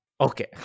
Okay